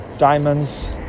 diamonds